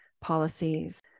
policies